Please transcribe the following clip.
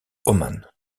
oman